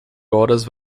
horas